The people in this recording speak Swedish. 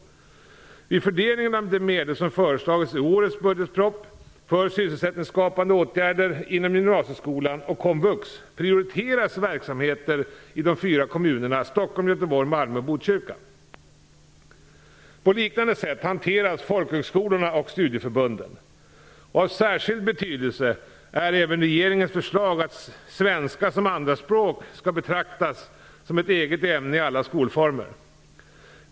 Vid fördelningen av de medel som föreslagits i årets budgetproposition för sysselsättningsskapande åtgärder inom gymnasieskolan och komvux prioriteras verksamheter i de fyra kommunerna Stockholm, Göteborg, Malmö och Botkyrka. På liknande sätt hanteras folkhögskolorna och studieförbunden. Av särskild betydelse är även regeringens förslag att svenska som andraspråk skall betraktas som ett eget ämne i alla skolformer.